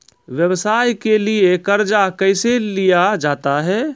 व्यवसाय के लिए कर्जा कैसे लिया जाता हैं?